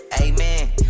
Amen